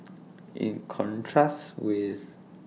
in contrast with